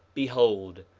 behold,